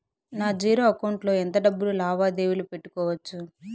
నా zero account లో ఎంత డబ్బులు లావాదేవీలు పెట్టుకోవచ్చు?